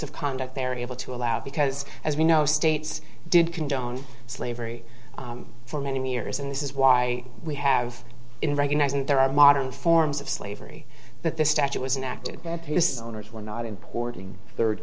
of conduct they're able to allow because as we know states did condone slavery for many years and this is why we have in recognizing that there are modern forms of slavery that this statute was an act of previous owners were not importing third